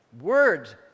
words